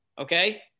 okay